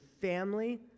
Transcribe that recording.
family